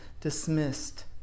dismissed